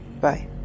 Bye